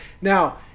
Now